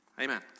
Amen